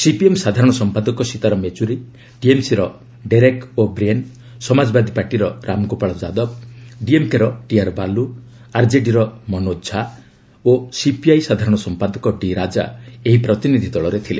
CPM ସାଧାରଣ ସମ୍ପାଦକ Sitaram Yechury TMC ର ଡେରେକ୍ ଓ'ବ୍ରିଏନ୍ ସମାଜବାଦୀ ପାର୍ଟିର ରାମଗୋପାଳ ଯାଦବ ଡିଏମ୍କେର ଟିଆର୍ ବାଲ୍ଲ ଆର୍ଜେଡିର ମନୋକ ଝା ଓ ସିପିଆଇ ସାଧାରଣ ସମ୍ପାଦକ ଡି ରାଜା ଏହି ପ୍ରତିନିଧି ଦଳରେ ଥିଲେ